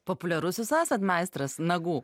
populiarus jūs esat meistras nagų